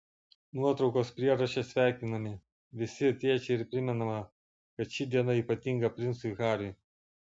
nuotraukos prieraše sveikinami visi tėčiai ir primenama kad ši diena ypatinga princui hariui